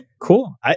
Cool